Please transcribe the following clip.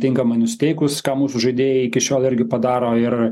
tinkamai nusiteikus ką mūsų žaidėjai iki šiol irgi padaro ir